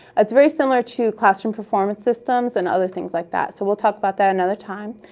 it's very similar to classroom performance systems and other things like that. so we'll talk about that another time.